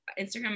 Instagram